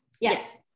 yes